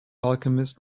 alchemist